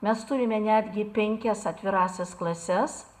mes turime netgi penkias atvirąsias klases